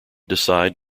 decide